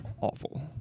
awful